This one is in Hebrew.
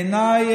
בעיניי,